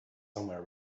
somewhere